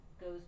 goes